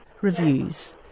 reviews